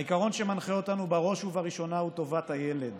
העיקרון שמנחה אותנו בראש ובראשונה הוא טובת הילד,